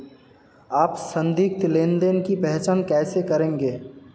आप संदिग्ध लेनदेन की पहचान कैसे करेंगे?